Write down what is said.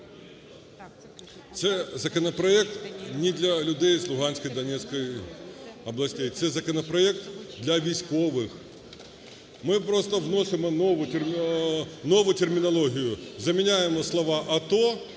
Це законопроект не для людей з Луганської і Донецької областей. Це законопроект для військових. Ми просто вносимо нову термінологію, заміняємо слова "АТО"